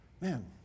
man